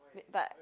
but